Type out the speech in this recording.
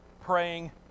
praying